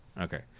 Okay